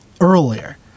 earlier